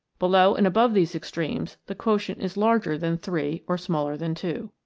below and above these extremes the quotient is larger than three or smaller than two.